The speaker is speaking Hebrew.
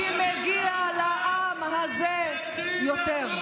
כי מגיע לעם הזה יותר.